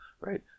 right